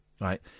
right